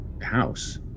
house